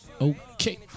okay